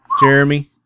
Jeremy